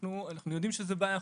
אנחנו יודעים שזאת בעיה.